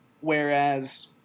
Whereas